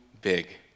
big